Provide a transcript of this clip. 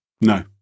No